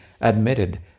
admitted